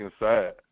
inside